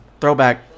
Throwback